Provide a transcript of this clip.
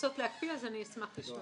לרצות להקפיא, אז אני אשמח לשמוע.